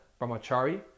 brahmachari